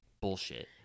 bullshit